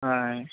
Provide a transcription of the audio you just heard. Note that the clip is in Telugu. ఆయ్